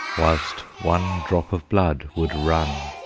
whilst one drop of blood would run.